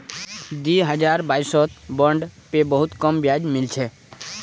दी हजार बाईसत बॉन्ड पे बहुत कम ब्याज मिल छेक